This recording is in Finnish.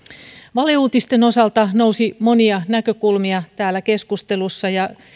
valeuutisten osalta nousi monia näkökulmia täällä keskustelussa ja